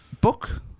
book